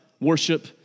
Worship